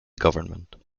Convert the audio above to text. government